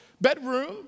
bedroom